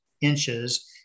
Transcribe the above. inches